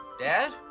dad